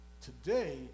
Today